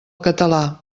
català